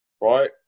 right